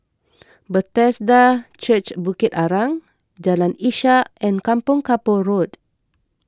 Bethesda Church Bukit Arang Jalan Ishak and Kampong Kapor Road